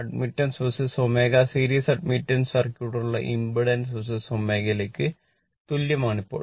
admittance vs ω series admittance സർക്യൂട്ടിനുള്ള impedance vs ω ക്ക് തുല്യമാണ് ഇപ്പോൾ